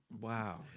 Wow